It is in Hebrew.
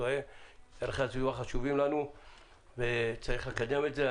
ערכי הסביבה חשובים לנו וצריך לקדם את זה.